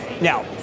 Now